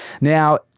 Now